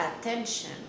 attention